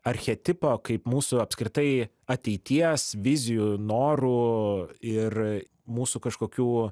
archetipo kaip mūsų apskritai ateities vizijų norų ir mūsų kažkokių